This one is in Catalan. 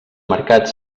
mercat